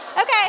Okay